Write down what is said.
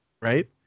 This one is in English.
right